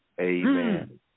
Amen